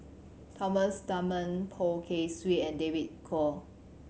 Thomas Dunman Poh Kay Swee and David Kwo